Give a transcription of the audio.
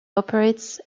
operates